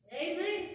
Amen